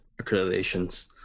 accreditations